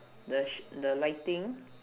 the sh~ the lighting